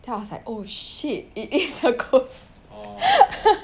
then I was like oh shit it is a ghost